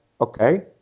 okay